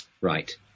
Right